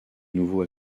nouveau